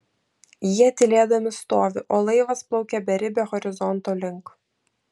jie tylėdami stovi o laivas plaukia beribio horizonto link